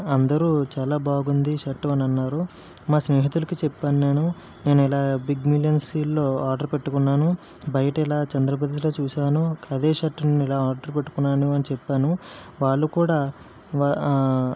అందరూ చాలా బాగుంది షర్టు అని అన్నారు మా స్నేహితులకు చెప్పాను నేను నేను ఇలా బిగ్ మిలియన్ సేల్లో ఆర్డర్ పెట్టుకున్నాను బయట ఇలా చంద్ర బ్రదర్స్లో చూశాను అదే షర్ట్ నేను ఇలా ఆర్డర్ పెట్టుకున్నాను అని చెప్పాను వాళ్ళు కూడా